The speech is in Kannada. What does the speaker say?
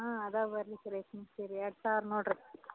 ಹಾಂ ಇದಾವ್ ಬನ್ರಿ ಸೆಲೆಕ್ಷನ್ ಸೀರೆ ಎರಡು ಸಾವಿರ ನೋಡಿರಿ